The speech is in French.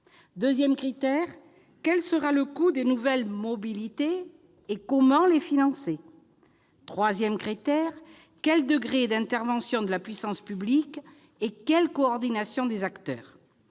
Deuxièmement, quel sera le coût des nouvelles mobilités et comment les financer ? Troisièmement, quels seront le degré d'intervention de la puissance publique et la coordination des acteurs ?